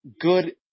good